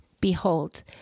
Behold